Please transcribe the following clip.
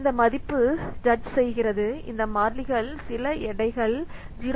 இந்த மதிப்பு ஜட்ஜ் செய்கிறது இந்த மாறிலிகள் சில எடைகள் 0